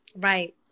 right